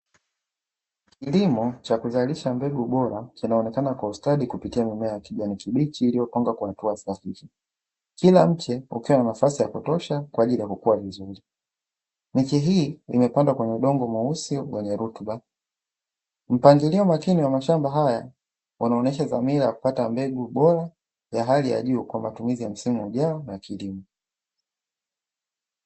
Kilimo cha kuzalisha mbegu bora kinaonekana kwa ustadi kupitia mimea ya kijani kibichi iliyopangwa kwa hatua sahihi, kila mche ukiwa na nafasi ya kutosha kwa ajili ya kukua vizuri, miche hii imepandwa kwenye udongo mweusi wenye rutuba. Mpangilio makini wa mashamba haya unaonyesha dhamira ya kupata mbegu bora ya hali ya juu kwa matumizi ya msimu ujao na kilimo.